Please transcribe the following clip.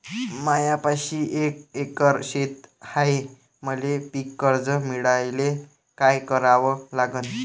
मायापाशी एक एकर शेत हाये, मले पीककर्ज मिळायले काय करावं लागन?